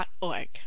org